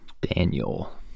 Daniel